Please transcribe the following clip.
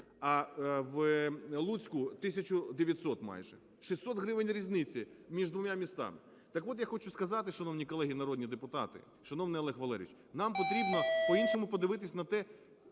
а в Луцьку – тисячу 900 майже, 600 гривень різниці між двома містами. Так от, я хочу сказати, шановні колеги народні депутати, шановний Олег Валерійович, нам потрібно по-іншому подивитися на те,